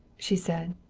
she said,